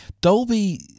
Dolby